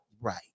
Right